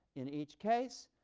in each case,